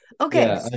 Okay